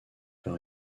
par